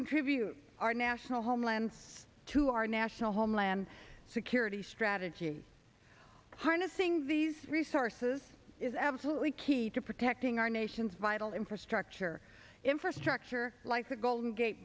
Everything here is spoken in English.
contribute our national homeland to our national homeland security strategy harnessing these resources is absolutely key to protecting our nation's vital infrastructure infrastructure like the golden gate